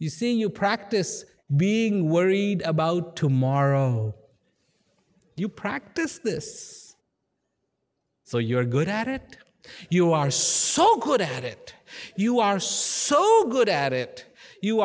you see you practice being worried about tomorrow you practice this so you're good at it you are so good at it you are so good at it you